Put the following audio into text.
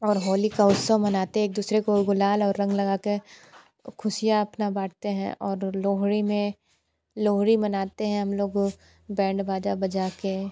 और होली का उत्सव मनाते है एक दुसरे को गुलाल और रंग लगा के खुशियाँ अपना बाँटते हैं और लोहड़ी में लोहड़ी मनाते हैं हमलोग बैंड बाजा बजाकर